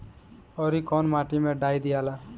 औवरी कौन माटी मे डाई दियाला?